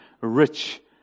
rich